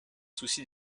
souci